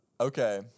Okay